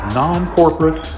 non-corporate